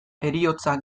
heriotza